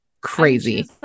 crazy